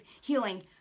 healing